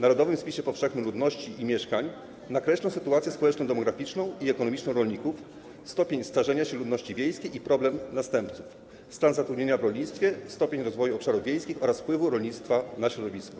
Narodowym Spisie Powszechnym Ludności i Mieszkań nakreślą sytuację społeczno-demograficzną i ekonomiczną rolników, stopień starzenia się ludności wiejskiej i problem następców, stan zatrudnienia w rolnictwie, stopień rozwoju obszarów wiejskich oraz wpływu rolnictwa na środowisko.